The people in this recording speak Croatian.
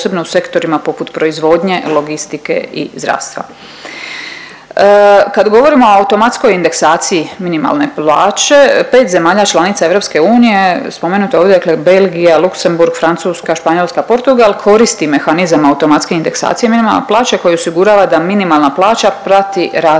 posebno u sektorima poput proizvodnje, logistike i zdravstva. Kad govorimo o automatskoj indeksaciji minimalne plaće, 5 zemalja članica EU, spomenuto je ovdje, dakle Belgija, Luxemburg, Francuska, Španjolska, Portugal, koristi mehanizam automatske indeksacije minimalne plaće koji osigurava da minimalna plaća prati rast